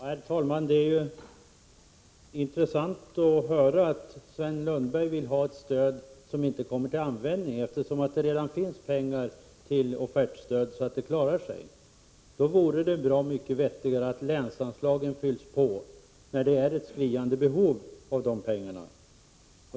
Herr talman! Det är intressant att höra att Sven Lundberg vill ha ett stöd som inte kommer till användning. Det finns ju redan tillräckligt med pengar till offertstöd. Det vore bra mycket vettigare om länsanslagen fylldes på, eftersom det är ett skriande behov av dessa pengar.